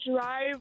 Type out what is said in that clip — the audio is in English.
drive